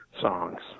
songs